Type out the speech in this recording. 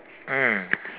mm